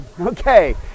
okay